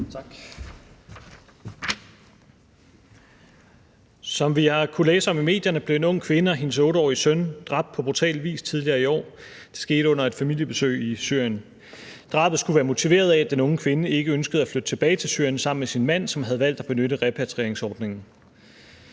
Som vi har kunnet læse om i medierne, blev en ung kvinde og hendes 8-årige søn dræbt på brutal vis tidligere i år – det skete under et familiebesøg i Syrien. Drabet skulle være motiveret af, at den unge kvinde ikke ønskede at flytte tilbage til Syrien sammen med sin mand, som havde valgt at benytte repatrieringsordningen,